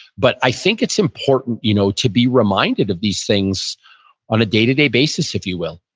but i think it's important you know to be reminded of these things on a day-to-day basis, if you will.